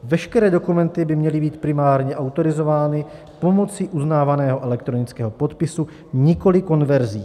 Veškeré dokumenty by měly být primárně autorizovány pomocí uznávaného elektronického podpisu, nikoliv konverzí.